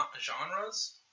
genres